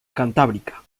cantábrica